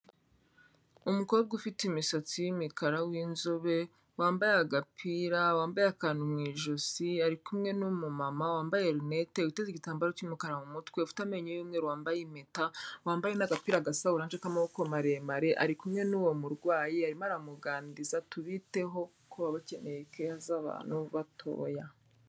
Umukobwa ufite imisatsi y'imikara w'inzobe, wambaye agapira, wambaye akantu mu ijosi, ari kumwe n'umumama wambaye rinete, witeze igitambaro cy'umukara mu mutwe, ufite amenyo y'umweru wambaye impeta, wambaye n'agapira gasa oranje k'amaboko maremare, ari kumwe n'uwo murwayi, arimo aramuganiriza, tubiteho kuko baba bakeneye care z'abantu batoya.